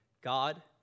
God